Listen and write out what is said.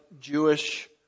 Jewish